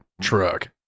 truck